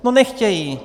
No nechtějí.